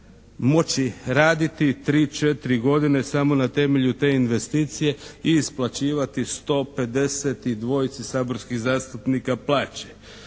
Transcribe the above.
moći raditi tri, četiri godine samo na temelju te investicije i isplaćivati 152 saborskih zastupnika plaće.